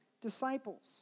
disciples